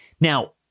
Now